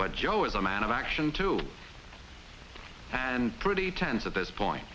but joe is a man of action too and pretty tense at this point